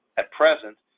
at present,